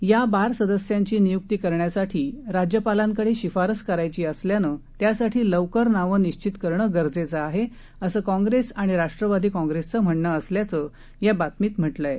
या बार सदस्यांची नियुक्ती करण्यासाठी राज्यपालांकडे शिफारस करायची असल्यानं त्यासाठी लवकर नावं निश्वित करणं गरजेचं आहे असं काँग्रेस आणि राष्ट्रवादी काँग्रेसचं म्हणणं असल्याचं या बातमीत म्हटलंय